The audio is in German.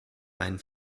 einen